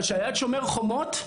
כשהיה את שומר חומות,